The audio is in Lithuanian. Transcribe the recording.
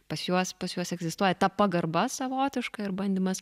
pas juos pas juos egzistuoja ta pagarba savotiška ir bandymas